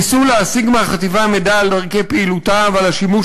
ניסו להשיג מהחטיבה מידע על דרכי פעילותה ועל השימוש